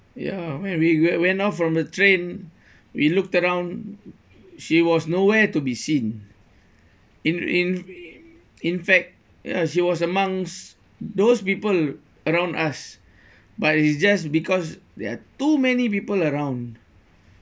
ya when we went out from the train we looked around she was nowhere to be seen in in in fact uh she was amongst those people around us but it's just because there are too many people around